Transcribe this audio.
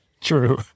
True